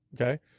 okay